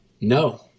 no